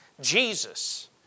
Jesus